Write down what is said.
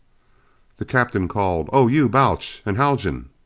the captain called, oh you, balch and haljan